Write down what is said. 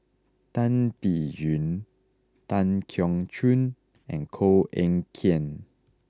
Tan Biyun Tan Keong Choon and Koh Eng Kian